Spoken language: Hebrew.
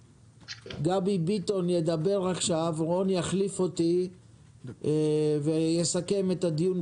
חבר הכנסת רון כץ יחליף אותי ויסכם את הדיון.